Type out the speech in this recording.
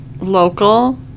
local